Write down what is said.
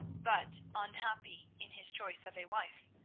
but unhappy in his choice of a wife,